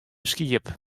skiep